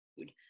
food